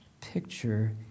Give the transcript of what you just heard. picture